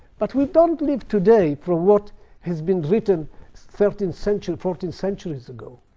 but we don't live today for what has been written thirteen centuries, fourteen centuries ago.